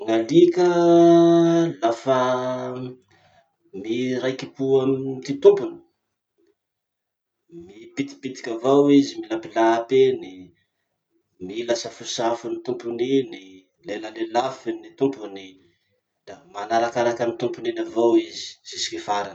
Gn'alika lafa miraiki-po amy ty tompony, mipitipitiky avao izy milapilapy eny, mila safosafo amy tompony iny, lelalefiny tompony, da manarakaraky any tompony iny avao izy jusque farany.